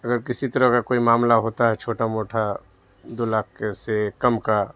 اگر کسی طرح کا کوئی معاملہ ہوتا ہے چھوٹا موٹا دو لاکھ سے کم کا